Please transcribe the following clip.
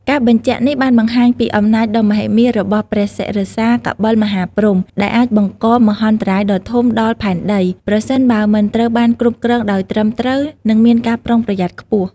ការបញ្ជាក់នេះបានបង្ហាញពីអំណាចដ៏មហិមារបស់ព្រះសិរសាកបិលមហាព្រហ្ម ដែលអាចបង្កមហន្តរាយដ៏ធំដល់ផែនដី ប្រសិនបើមិនត្រូវបានគ្រប់គ្រងដោយត្រឹមត្រូវ និងមានការប្រុងប្រយ័ត្នខ្ពស់។